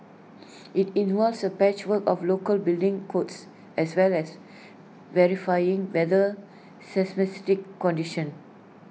IT involves A patchwork of local building codes as well as varying weather seismic conditions